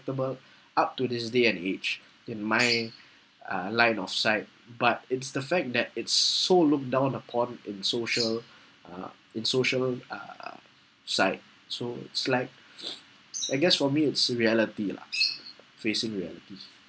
up to this day and age in my uh line of sight but it's the fact that it's so looked down upon in social uh in social uh sight so it's like I guess for me it's reality lah facing reality